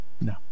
no